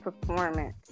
performance